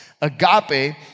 Agape